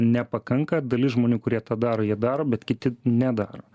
nepakanka dalis žmonių kurie tą daro jie daro bet kiti nedaro